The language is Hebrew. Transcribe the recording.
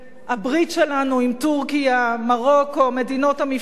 הברית שלנו עם טורקיה, מרוקו, מדינות המפרץ,